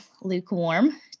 lukewarm